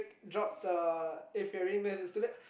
dropped a if-you're-reading-this-it's-too-late